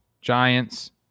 Giants